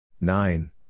nine